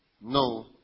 no